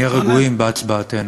שנהיה רגועים בהצבעתנו.